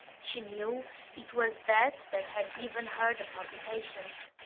she knew it was that that had given her the palpitations.